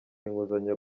inguzanyo